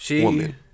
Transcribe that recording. woman